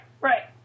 right